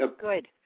Good